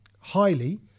highly